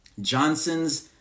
Johnson's